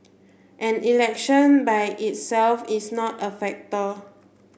and election by itself is not a factor